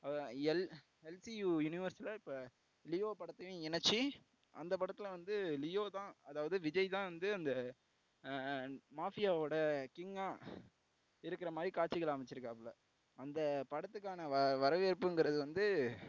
LCU யுனிவர்ஸில் இப்போ லியோ படத்தையும் இணைச்சி அந்த படத்தில் வந்து லியோ தான் அதாவது விஜய் தான் வந்து அந்த மாஃபியாவோடய கிங்காக இருக்கிற மாதிரி காட்சிகள அமைச்சிருக்காப்ல அந்த படத்துக்கான வ வரவேற்புங்கிறது வந்து